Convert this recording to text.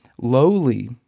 lowly